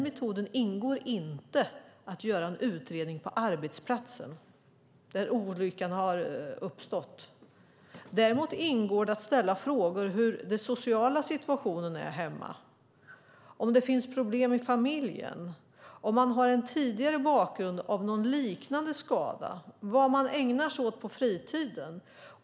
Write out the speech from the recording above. I det ingår inte att göra en utredning på arbetsplatsen där olyckan skett. Däremot ingår det att ställa frågor om hur den sociala situationen är hemma, om det finns problem i familjen, om man har en tidigare liknande skada, vad man ägnar sig åt på fritiden.